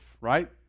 right